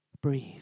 Breathe